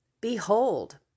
Behold